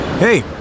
Hey